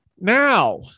Now